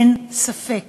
אין ספק